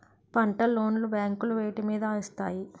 పంట లోన్ లు బ్యాంకులు వేటి మీద ఇస్తాయి?